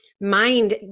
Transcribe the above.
mind